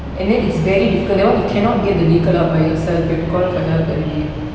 and then it's very difficult that one you cannot get the vehicle out by yourself you've call for help already